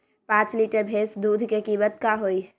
पाँच लीटर भेस दूध के कीमत का होई?